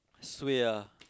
suay ah